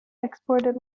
exported